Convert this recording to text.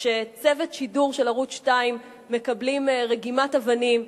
כשצוות שידור של ערוץ-2 נרגם באבנים,